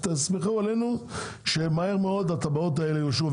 תסמכו עלינו שמהר מאוד התב"עות האלה יאושרו.